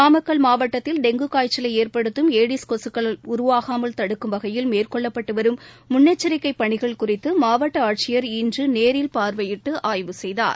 நாமக்கல் மாவட்டத்தில் டெங்கு காய்ச்சலை ஏற்படுத்தும் ஏடிஸ் கொசுக்கள் உருவாகாமல் தடுக்கும் வகையில் மேற்கொள்ளப்பட்டுவரும் முன்னெச்சரிக்கை பணிகள் குறித்து மாவட்ட ஆட்சியர் இன்று நேரில் பார்வையிட்டு ஆய்வு செய்தார்